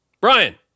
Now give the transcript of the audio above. Brian